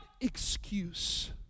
excuse